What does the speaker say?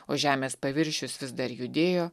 o žemės paviršius vis dar judėjo